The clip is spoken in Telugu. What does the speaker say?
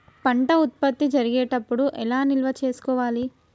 పంట ఉత్పత్తి జరిగేటప్పుడు ఎలా నిల్వ చేసుకోవాలి?